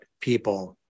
people